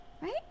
right